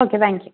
okay thank you